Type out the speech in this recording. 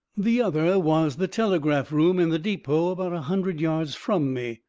the other was the telegraph room in the depot about a hundred yards from me,